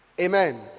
Amen